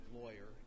lawyer